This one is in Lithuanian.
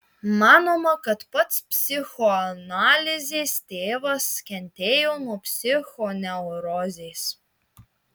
manoma kad pats psichoanalizės tėvas kentėjo nuo psichoneurozės